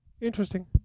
Interesting